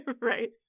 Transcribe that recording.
Right